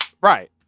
Right